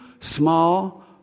small